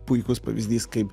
puikus pavyzdys kaip